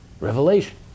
revelation